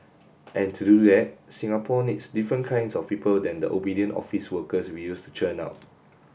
and to do that Singapore needs different kinds of people than the obedient office workers we used to churn out